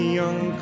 young